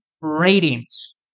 ratings